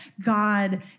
God